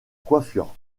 coiffure